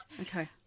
Okay